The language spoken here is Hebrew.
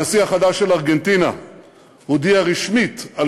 הנשיא החדש של ארגנטינה הודיע רשמית על